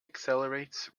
accelerates